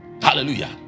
Hallelujah